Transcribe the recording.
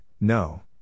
No